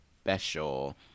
special